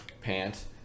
pants